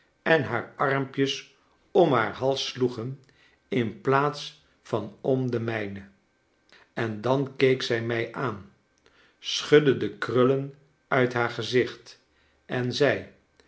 en haar armpjes om haar hals sloegen in plaats van om den mijnen ea dan keek zij mij aan schudde de krullen uit haar gezicht en zei